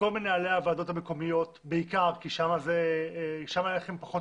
לכל מנהלי הוועדות המקומיות בעיקר כי שם יש לכם פחות